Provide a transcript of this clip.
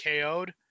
KO'd